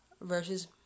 versus